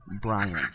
Brian